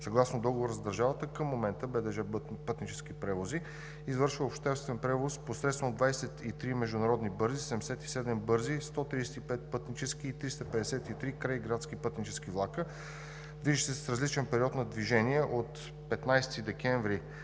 Съгласно договора с държавата, към момента „БДЖ-Пътнически превози“ ЕООД извършва обществен превоз посредством 23 международни бързи, 77 бързи, 135 пътнически и 353 крайградски пътнически влака, движещи се с различен период на движение от 15 декември